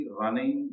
running